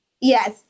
Yes